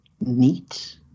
neat